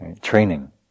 training